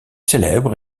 célèbre